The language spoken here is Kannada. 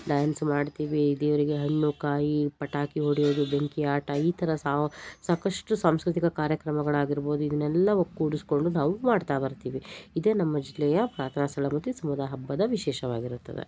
ಡ್ಯಾನ್ಸ್ ಮಾಡ್ತಿವಿ ದೇವರಿಗೆ ಹಣ್ಣು ಕಾಯಿ ಪಟಾಕಿ ಹೊಡೆಯೋದು ಬೆಂಕಿ ಆಟ ಈ ಥರ ಸಾಕಷ್ಟು ಸಾಂಸ್ಕೃತಿಕ ಕಾರ್ಯಕ್ರಮಗಳು ಆಗಿರ್ಬೋದು ಇದನ್ನೆಲ್ಲ ಒಗ್ಗೂಡಿಸ್ಕೊಂಡು ನಾವು ಮಾಡ್ತಾ ಬರ್ತಿವಿ ಇದೇ ನಮ್ಮ ಜಿಲ್ಲೆಯ ಪ್ರಾರ್ಥನಾ ಸ್ಥಳ ಮತ್ತು ಸಮುದಾಯ ಹಬ್ಬದ ವಿಶೇಷವಾಗಿರುತ್ತದೆ